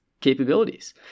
capabilities